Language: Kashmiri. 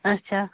اچھا